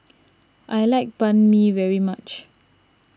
I like Banh Mi very much